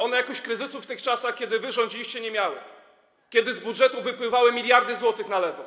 One jakoś kryzysu w tych czasach, kiedy wy rządziliście, nie miały, kiedy z budżetu wypływały miliardy złotych na lewo.